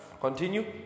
Continue